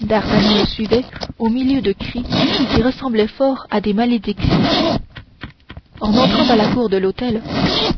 d'artagnan le suivait au milieu de cris qui ressemblaient fort à des malédictions en entrant dans la cour de l'hôtel